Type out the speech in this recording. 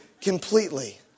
completely